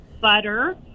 butter